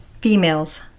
Females